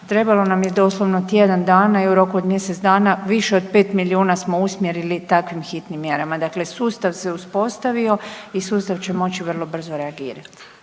trebalo nam je doslovno tjedan dana i u roku od mjesec dana više od 5 milijuna smo usmjerili takvim hitnim mjerama, dakle sustav se uspostavio i sustav će moći vrlo brzo reagirati.